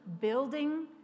building